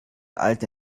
alte